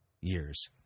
years